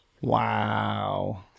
Wow